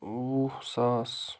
وُہ ساس